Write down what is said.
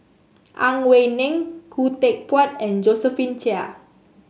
Ang Wei Neng Khoo Teck Puat and Josephine Chia